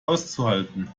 auszuhalten